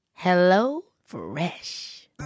HelloFresh